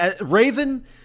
Raven